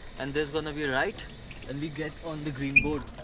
and there's gonna be right and we get on the green board.